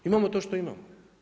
Imamo to što imamo.